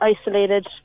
isolated